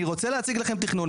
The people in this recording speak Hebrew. אני רוצה להציג לכם תכנון.